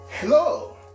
Hello